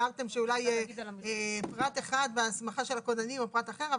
הערם שאולי פרט אחד בהסמכה של הכוננים או פרט אחר,